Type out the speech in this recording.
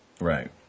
Right